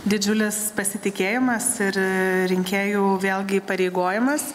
didžiulis pasitikėjimas ir rinkėjų vėlgi įpareigojimas